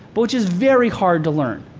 but which is very hard to learn.